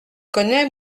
connais